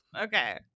okay